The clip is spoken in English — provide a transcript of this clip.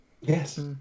yes